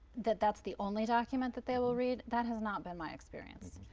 that that's the only document that they will read? that has not been my experience.